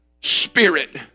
spirit